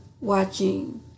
watching